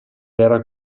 era